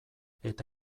eta